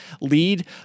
lead